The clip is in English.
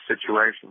situation